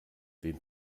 den